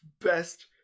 best